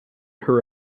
her